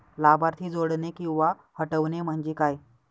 लाभार्थी जोडणे किंवा हटवणे, म्हणजे काय?